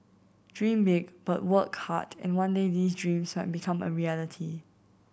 dream big but work hard and one day these dreams might become a reality